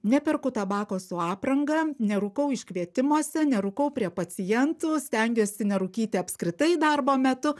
neperku tabako su apranga nerukau iškvietimuose nerūkau prie pacientų stengiuosi nerūkyti apskritai darbo metu